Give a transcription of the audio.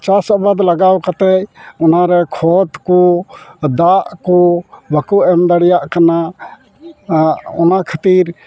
ᱪᱟᱥ ᱟᱵᱟᱫᱽ ᱞᱟᱜᱟᱣ ᱠᱟᱛᱮᱫ ᱚᱱᱟᱨᱮ ᱠᱷᱚᱫᱽ ᱠᱚ ᱫᱟᱜ ᱠᱳ ᱵᱟᱠᱳ ᱮᱢ ᱫᱟᱲᱮᱭᱟᱜ ᱠᱟᱱᱟ ᱚᱱᱟᱠᱷᱟᱛᱤᱨ